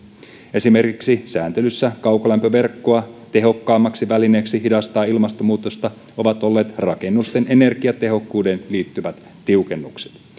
esimerkiksi sääntelyssä kaukolämpöverkkoa tehokkaampi väline hidastaa ilmastonmuutosta ovat olleet rakennusten energiatehokkuuteen liittyvät tiukennukset